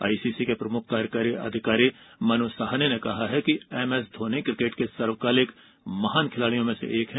ICC के मुख्य कार्यकारी अधिकारी मनु सॉहनी ने कहा कि एमएस धोनी क्रिकेट के सर्वकालिक महान खिलाड़ियों में से एक हैं